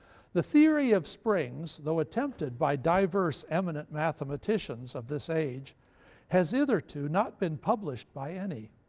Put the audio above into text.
the theory of springs, though attempted by divers eminent mathematicians of this age has hitherto not been published by any.